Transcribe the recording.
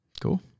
cool